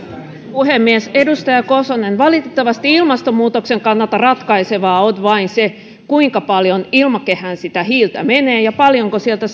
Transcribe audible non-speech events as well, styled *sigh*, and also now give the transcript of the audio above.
puhemies edustaja kosonen valitettavasti ilmastonmuutoksen kannalta ratkaisevaa on vain se kuinka paljon ilmakehään sitä hiiltä menee ja paljonko sieltä *unintelligible*